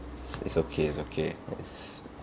is okay is okay let's